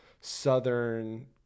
Southern